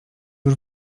już